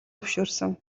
зөвшөөрсөн